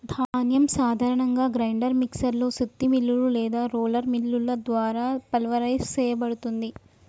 ధాన్యం సాధారణంగా grinder mixer లో సుత్తి మిల్లులు లేదా రోలర్ మిల్లుల ద్వారా పల్వరైజ్ సేయబడుతుంది